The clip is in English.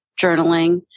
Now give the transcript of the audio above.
journaling